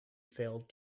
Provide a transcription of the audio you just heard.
failed